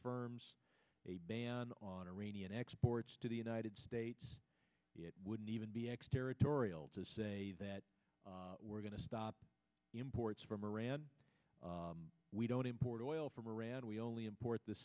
firms a ban on iranian exports to the united states wouldn't even be ex territorial to say that we're going to stop imports from iran we don't import oil from iran we only import th